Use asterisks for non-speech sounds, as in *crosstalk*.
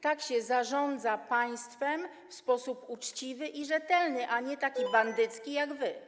Tak się zarządza państwem w sposób uczciwy i rzetelny, a nie taki bandycki, *noise* jak wy.